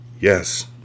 Yes